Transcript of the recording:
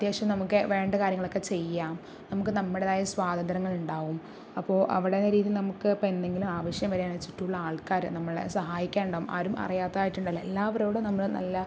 അത്യാവശ്യം നമുക്ക് വേണ്ട കാര്യങ്ങളൊക്കെ ചെയ്യാം നമുക്ക് നമ്മുടേതായ സ്വാതന്ത്ര്യങ്ങളുണ്ടാവും അപ്പോൾ അവിടെ വരെ നമുക്ക് ഇപ്പോൾ എന്തെങ്കിലും ആവശ്യം വരാന്ന് വെച്ചിട്ടുള്ള ആൾക്കാർ നമ്മളെ സഹായിക്കാൻ ഉണ്ടാവും ആരും അറിയാത്തതായിട്ട് ഉണ്ടാവില്ല എല്ലാവരോടും നമ്മൾ നല്ല